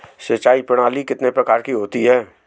सिंचाई प्रणाली कितने प्रकार की होती है?